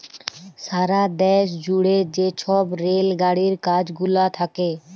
সারা দ্যাশ জুইড়ে যে ছব রেল গাড়ির কাজ গুলা থ্যাকে